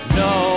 no